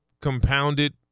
compounded